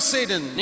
Satan